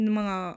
mga